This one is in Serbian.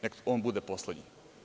Nek on bude poslednji.